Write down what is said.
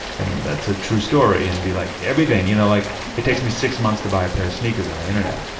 and that's a true story. and like everything. you know like it takes me six months to buy a pair of sneakers on the internet.